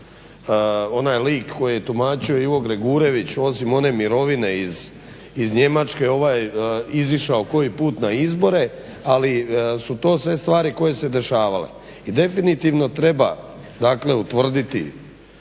onaj lik koji je tumačio Ivo Gregurević osim one mirovine iz Njemačke izišao koji put na izbore, al su to sve stvari koje su se dešavale. I definitivno treba dakle utvrditi